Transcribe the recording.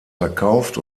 verkauft